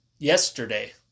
Yesterday